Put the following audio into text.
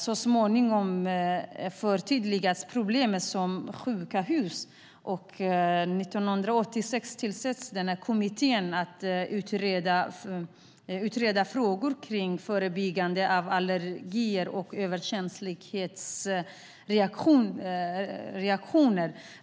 Så småningom förtydligades problemet som sjuka hus, och 1986 tillsattes en kommitté för att utreda frågor kring förebyggande av allergier och överkänslighetsreaktioner.